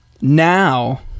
now